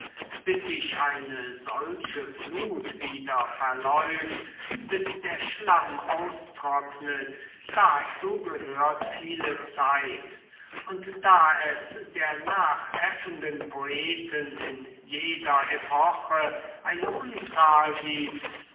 bis sich eine solche flut wieder verläuft bis der schlamm austrocknet dazu gehört viele zeit und da es der nachäffenden poeten in jeder epoche eine unzahl gibt